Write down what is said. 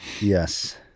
Yes